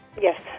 yes